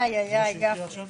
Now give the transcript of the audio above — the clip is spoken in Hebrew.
בואו נעבור למקבץ אחר.